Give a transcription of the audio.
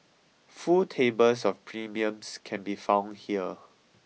full tables of premiums can be found here